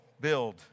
build